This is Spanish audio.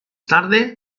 tarde